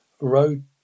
road